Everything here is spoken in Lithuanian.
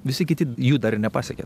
visi kiti jų dar nepasiekė